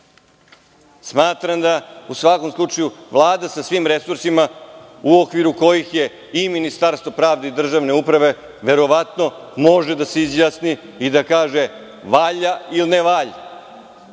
Smatram da Vlada sa svim resursima, u okviru kojih je i Ministarstvo pravde i državne uprave, verovatno može da se izjasni i da kaže – valja ili ne valja.